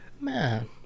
Man